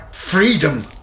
freedom